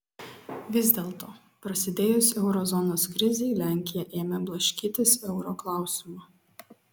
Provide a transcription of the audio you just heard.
vis dėlto prasidėjus euro zonos krizei lenkija ėmė blaškytis euro klausimu